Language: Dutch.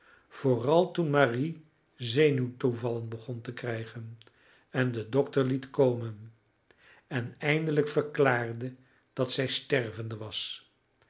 vooral toen marie zenuwtoevallen begon te krijgen en den dokter liet komen en eindelijk verklaarde dat zij stervende was